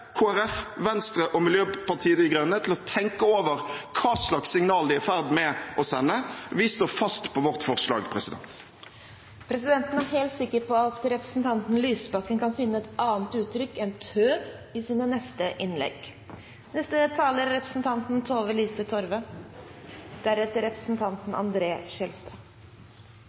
Folkeparti, Venstre og Miljøpartiet De Grønne til å tenke over hva slags signal de er i ferd med å sende. Vi står fast på vårt forslag. Presidenten er helt sikker på at representanten Audun Lysbakken kan finne et annet uttrykk enn «tøv» i sine neste innlegg. «Fra mottak til arbeidsliv» er